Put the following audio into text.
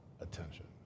attention